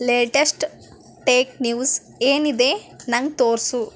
latest tech news ಏನಿದೆ ನಂಗೆ ತೋರಿಸು